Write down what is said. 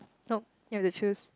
nope you have to choose